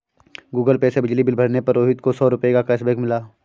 Google pay से बिजली bill भरने पर रोहित को सौ रूपए का कैशबैक मिला